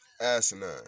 asinine